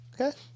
Okay